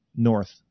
north